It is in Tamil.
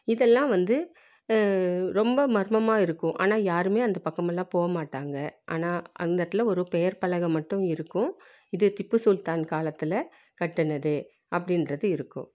இதெல்லாம் வந்து ரொம்ப மர்மமாக இருக்கும் ஆனால் யாரும் அந்த பக்கமெல்லாம் போகமாட்டாங்க ஆனால் அந்த இடத்துல ஒரு பெயர் பலகை மட்டும் இருக்கும் இது திப்பு சுல்தான் காலத்தில் கட்டுனது அப்படின்றது இருக்கும்